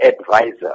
advisor